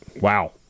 wow